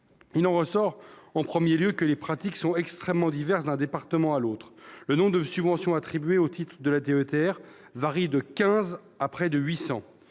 Il en ressort, en premier lieu, que les pratiques sont extrêmement diverses d'un département à l'autre. Le nombre de subventions attribuées au titre de la DETR varie de 15 à près de 800,